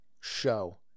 show